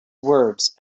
words